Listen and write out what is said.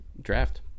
draft